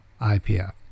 IPF